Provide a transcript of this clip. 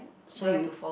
so you